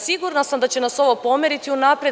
Sigurna sam da će nas ovo pomeriti unapred.